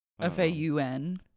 F-A-U-N